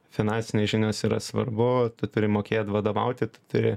finansinės žinios yra svarbu tu turi mokėt vadovauti tu turi